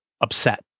upset